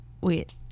Wait